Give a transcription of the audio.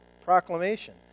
proclamation